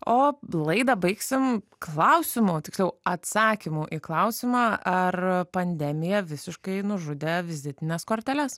o laidą baigsim klausimu tikslaus atsakymu į klausimą ar pandemija visiškai nužudė vizitines korteles